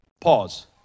pause